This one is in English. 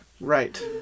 Right